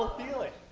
ah feeling.